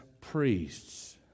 priests